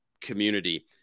community